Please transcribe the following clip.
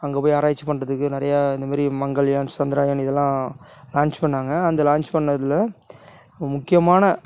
அங்கே போய் ஆராய்ச்சி பண்ணுறதுக்கு நிறைய இந்த மாதிரி மங்கள்யான் சந்திராயன் இதெல்லாம் லாஞ்ச் பண்ணாங்க அந்த லாஞ்ச் பண்ணதில் முக்கியமான